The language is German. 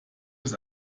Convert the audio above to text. des